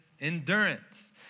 endurance